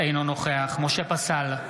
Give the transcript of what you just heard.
אינו נוכח משה פסל,